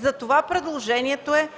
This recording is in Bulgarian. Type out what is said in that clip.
Затова предложението е